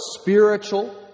spiritual